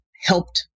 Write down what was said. helped